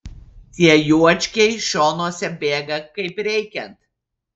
tie juočkiai šonuose bėga kaip reikiant